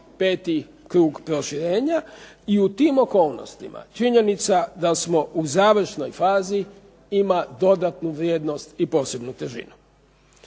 5 krug proširenja. I u tim okolnostima činjenica da smo u završnoj fazi ima dodatnu vrijednost i posebnu težinu.